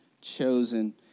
Chosen